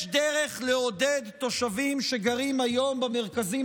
יש דרך לעודד תושבים שגרים היום במרכזים